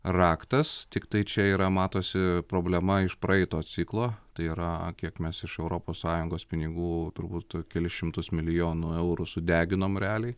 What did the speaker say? raktas tiktai čia yra matosi problema iš praeito ciklo tai yra kiek mes iš europos sąjungos pinigų turbūt kelis šimtus milijonų eurų sudeginom realiai